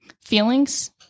feelings